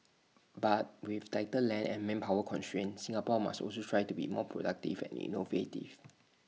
but with tighter land and manpower constraints Singapore must also strive to be more productive and innovative